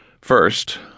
First